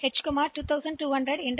எனவே LXI H 2200 H